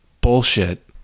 bullshit